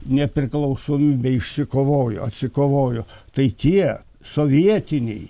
nepriklausomybę išsikovojo atsikovojo tai tie sovietiniai